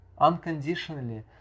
unconditionally